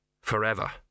forever